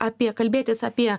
apie kalbėtis apie